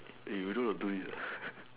eh you really want to do it